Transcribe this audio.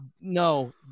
no